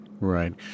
Right